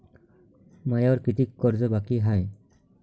मायावर कितीक कर्ज बाकी हाय?